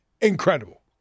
incredible